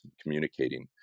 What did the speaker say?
communicating